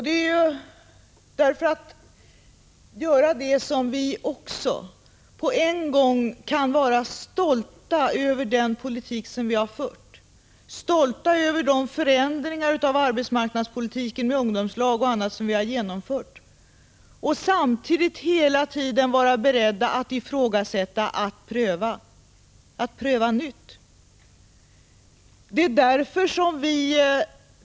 Det är för att göra detta som vi på en gång kan vara stolta över den politik vi har fört, stolta över de förändringar som åstadkommits, över den arbetsmarknadspolitik med ungdomslag och annat som vi genomfört, men samtidigt hela tiden vara beredda att ifrågasätta och pröva nytt.